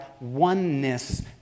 oneness